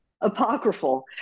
apocryphal